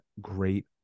Great